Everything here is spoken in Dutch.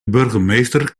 burgemeester